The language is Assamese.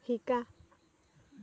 শিকা